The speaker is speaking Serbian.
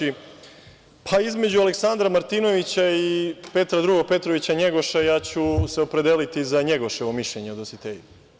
Između Aleksandra Martinović i Petra Drugog Petrovića NJegoša, ja ću se opredeliti za NJegoševo mišljenje o Dositeju.